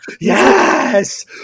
yes